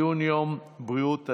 כשאני אמרתי משהו, מייד התנפלת.